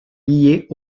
liés